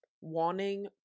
wanting